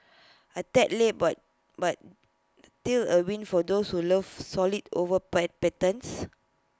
A tad late but but still A win for those who love solids over patterns